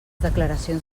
declaracions